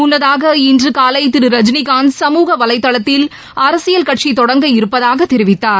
முள்ளதாக இன்று காலை திரு ரஜினிகாந்த் சமூக வலைதளத்தில் அரசியல் கட்சி தொடங்க இருப்பதாக தெரிவித்தார்